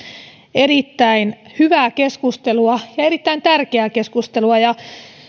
erittäin hyvää keskustelua ja erittäin tärkeää keskustelua